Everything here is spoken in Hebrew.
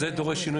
זה דורש שינוי